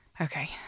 Okay